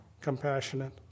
compassionate